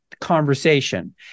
Conversation